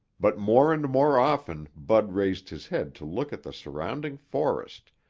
but more and more often bud raised his head to look at the surrounding forest,